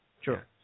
sure